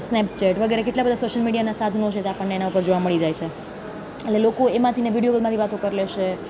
Snapchat વગેરે કેટલા બધા સોશિયલ મીડિયાના સાધનો છે જે આપણને એના પર જોવા મળી જાય છે એટલે લોકો એમાંથી વિડીઓ કોલમાંથી વાત કરી લેશે